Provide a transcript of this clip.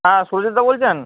হ্যাঁ সুজিত দা বলছেন